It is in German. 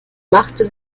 machte